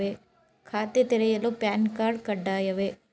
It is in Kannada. ಖಾತೆ ತೆರೆಯಲು ಪ್ಯಾನ್ ಕಾರ್ಡ್ ಕಡ್ಡಾಯವೇ?